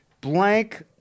Blank